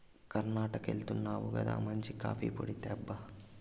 కర్ణాటకెళ్తున్నావు గదా మంచి కాఫీ పొడి తేబ్బా